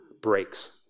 breaks